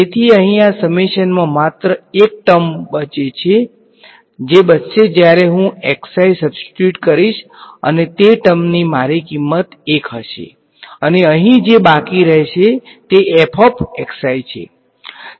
તેથી અહીં આ સમેશન મા માત્ર એક ટર્મ છે જે બચશે જ્યારે હું સબ્સીટ્યૂટ કરીશ અને તે ટર્મની મારી કિંમત 1 હશે અને અહીં જે બાકી રહેશે તે છે